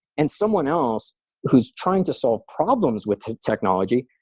and someone else who is trying to solve problems with technology,